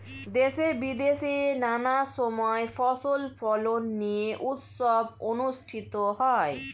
দেশে বিদেশে নানা সময় ফসল ফলন নিয়ে উৎসব অনুষ্ঠিত হয়